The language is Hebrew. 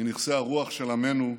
מנכסי הרוח של עמנו,